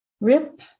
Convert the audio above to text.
Rip